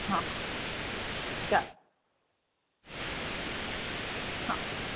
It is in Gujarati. હં હં ચાલે હં